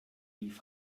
rief